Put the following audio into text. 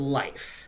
life